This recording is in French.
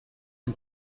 une